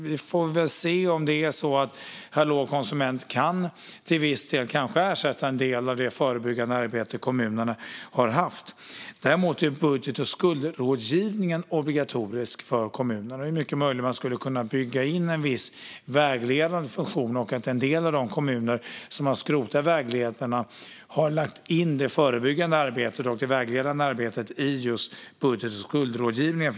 Vi får väl se om Hallå konsument kanske till viss del kan ersätta en del av det förebyggande arbete kommunerna har haft. Däremot är budget och skuldrådgivningen obligatorisk för kommunerna. Det är mycket möjligt att man skulle kunna bygga in en viss vägledande funktion. En del av de kommuner som har skrotat vägledarna har också lagt in det förebyggande och vägledande arbetet i just budget och skuldrådgivningen.